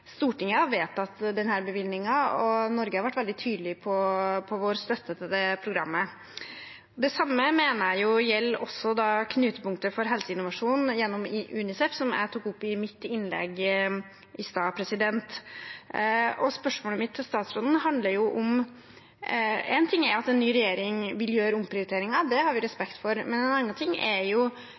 Stortinget har vedtatt denne bevilgningen, og Norge har vært veldig tydelig på vår støtte til programmet. Det samme mener jeg gjelder knutepunktet for helseinnovasjon gjennom UNICEF, noe jeg tok opp i mitt innlegg i sted. Én ting er at en ny regjering vil gjøre omprioriteringer, det har vi respekt for, en annen ting er